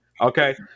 Okay